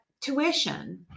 tuition